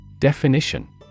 Definition